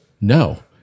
no